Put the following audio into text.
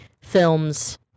films